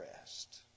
rest